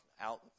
out